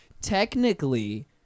technically